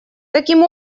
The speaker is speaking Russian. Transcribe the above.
таким